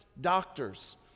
doctors